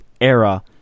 era